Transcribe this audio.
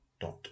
dot